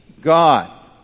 God